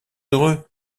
heureux